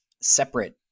separate